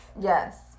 Yes